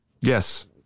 Yes